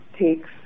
takes